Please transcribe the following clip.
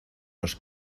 los